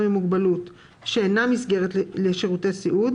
עם מוגבלות ושאינה מסגרת לשירותי סיעוד,